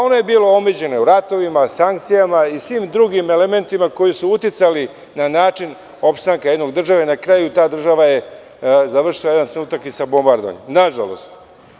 Ono je bilo omeđeno ratovima, sankcijama i svim drugim elementima koji su uticali na način opstanka jedne države, a na kraju je ta država završila u jednom trenutku sa bombardovanjem, nažalost.